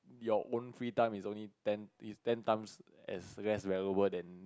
your own free time is only ten is ten times as less valuable than